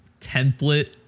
template